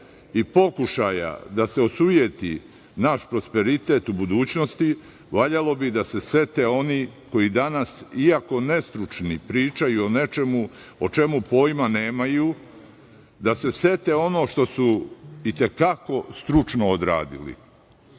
i pokušaja da se osujeti naš prosperitet u budućnosti, valjalo bi da se sete oni koji danas, iako nestručni, pričaju o nečemu o čemu pojma nemaju, da se sete onog što su i te kako stručno odradili.